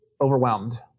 overwhelmed